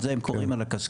על זה הם קוראים על הקשקש.